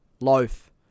loaf